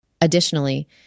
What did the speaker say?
Additionally